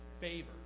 favor